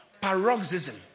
paroxysm